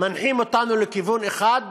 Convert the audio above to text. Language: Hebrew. מנחים אותנו לכיוון אחד,